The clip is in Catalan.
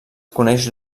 coneix